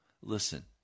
listen